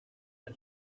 his